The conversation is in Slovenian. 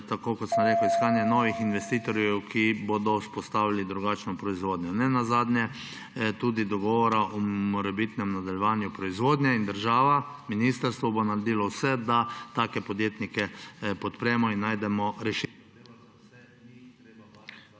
novo, kot sem že rekel, iskanje novih investitorjev, ki bodo vzpostavili drugačno proizvodnjo, nenazadnje tudi dogovora o morebitnem nadaljevanju proizvodnje. Država, ministrstvo bo naredilo vse, da take podjetnike podpremo in najdemo ...